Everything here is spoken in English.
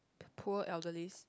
the poor elderlies